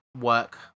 work